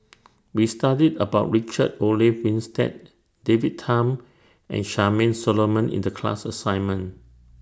We studied about Richard Olaf Winstedt David Tham and Charmaine Solomon in The class assignment